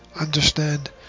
Understand